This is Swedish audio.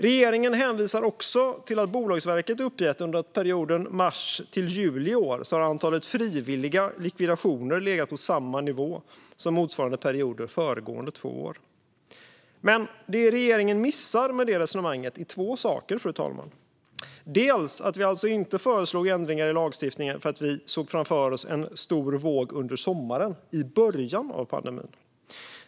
Regeringen hänvisar också till att Bolagsverket uppgett att antalet frivilliga likvidationer under perioden mars-juli i år har legat på samma nivå som motsvarande perioder föregående två år. Men det regeringen missar med det resonemanget är två saker, fru talman. Den ena är att vi inte föreslog ändringar i lagstiftningen för att vi såg framför oss en stor våg under sommaren, alltså i början av pandemin.